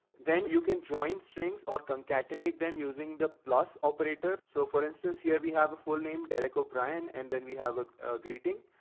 then you can join strings or concatenate them using the plus operator. so for instance, here, we have a full name, deco brian, and then we have a greeting.